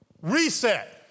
Reset